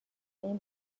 این